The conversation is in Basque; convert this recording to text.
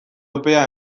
epea